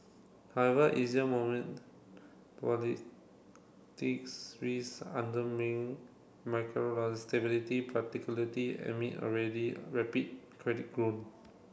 however easier politics risk stability stability pariticularity amid already rapid credit grown